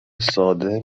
ساده